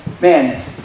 man